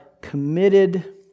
committed